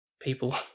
people